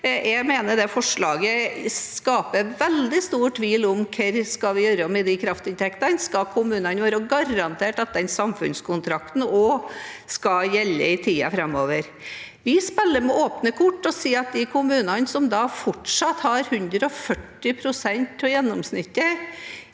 Jeg mener det forslaget skaper veldig stor tvil om hva vi skal gjøre med de kraftinntektene. Skal kommunene være garantert at den samfunnskontrakten også skal gjelde i tiden framover? Vi spiller med åpne kort og sier at de kommunene som da fortsatt har 140 pst. av gjennomsnittet,